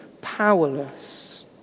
powerless